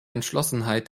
entschlossenheit